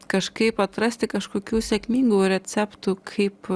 kažkaip atrasti kažkokių sėkmingų receptų kaip